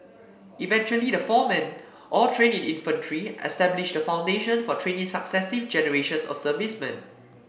eventually the four men all trained in infantry established the foundation for training successive generations of servicemen